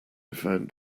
found